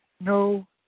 No